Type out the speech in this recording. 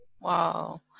Wow